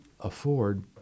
afford